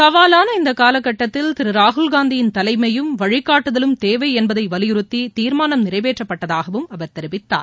சவாலான இந்த காலக் கட்டத்தில் திரு ராகுல்னந்தியின் தலைமயும் வழினட்டுதலும் தேவை என்பதை வலியுறுத்தி தீர்மானம் நிறைவேற்றப்பட்டதாகவும் அவர் தெரிவித்தார்